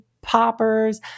poppers